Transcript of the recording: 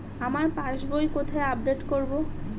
আমার পাস বই কোথায় আপডেট করব?